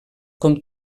com